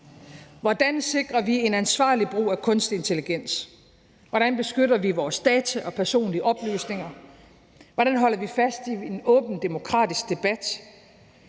Hvordan sikrer vi en ansvarlig brug af kunstig intelligens? Hvordan beskytter vi vores data og personlige oplysninger? Hvordan holder vi fast i en åben demokratisk debat?